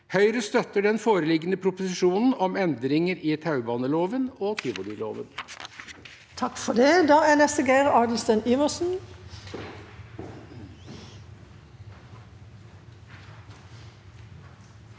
Høyre støtter den foreliggende proposisjonen om endringer i taubaneloven og tivoliloven.